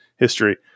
History